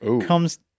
comes